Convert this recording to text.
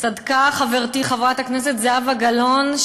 צדקה חברתי חברת הכנסת זהבה גלאון,